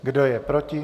Kdo je proti?